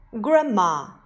Grandma